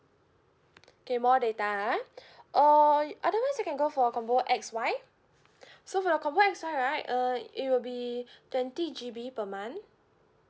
okay more data ah or otherwise you can go for combo X_Y so for the combo X_Y right uh it will be twenty G_B per month